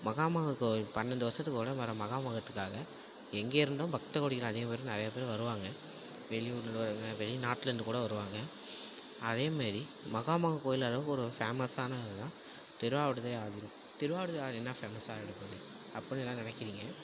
மகாமகம் கோவில் பன்னெரெண்டு வருடத்துக்கு ஒரு நடை வர மகாமகத்துக்காக எங்கிருந்தோ பக்தகோடிகள் அனைவரும் நிறையப் பேர் வருவாங்க வெளியூரில் உள்ளவங்க வெளிநாட்டுலிருந்துக் கூட வருவாங்க அதே மாரி மகாமகம் கோயில் அளவுக்கு ஒரு ஃபேமஸான இதுதான் திருவாவடுதுறை ஆதினம் திருவாவடுதுறை ஆதினம் என்ன ஃபேமஸ்ஸாக இருக்கும் அப்படின்னு எல்லாம் நினைக்கிறீங்க